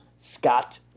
Scott